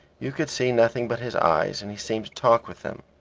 you could see nothing but his eyes, and he seemed to talk with them.